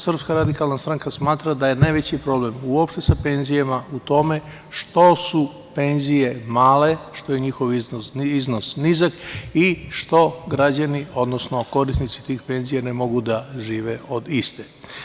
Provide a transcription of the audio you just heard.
Srpska radikalna stranka smatra da je najveći problem sa penzijama u tome što su penzije male, što je njihov iznos nizak i što građani, odnosno korisnici tih penzija ne mogu da žive od istih.